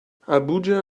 abuja